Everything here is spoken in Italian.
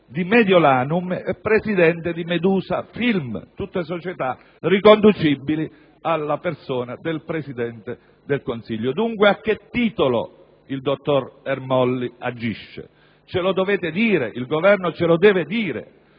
di Mediolanum, nonché di presidente di Medusa Film, tutte società riconducibili alla persona del Presidente del Consiglio. Dunque, a che titolo il dottor Ermolli agisce? Ce lo dovete dire. Il Governo ce lo deve dire.